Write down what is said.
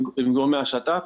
עם גורמי השת"פ.